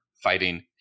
fighting